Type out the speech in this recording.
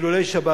בחילולי שבת.